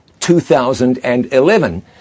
2011